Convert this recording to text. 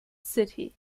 city